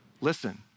Listen